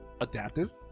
adaptive